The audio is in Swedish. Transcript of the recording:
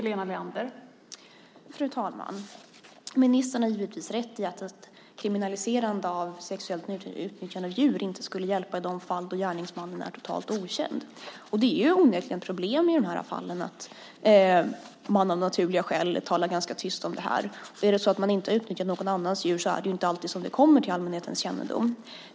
Fru talman! Ministern har givetvis rätt i att ett kriminaliserande av sexuellt utnyttjande av djur inte skulle hjälpa i de fall då gärningsmannen är totalt okänd. Det är onekligen ett problem i de här fallen att man av naturliga skäl talar ganska tyst om detta. Är det så att man inte har utnyttjat någon annans djur är det inte alltid som det kommer till allmänhetens kännedom.